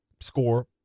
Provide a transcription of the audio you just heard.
score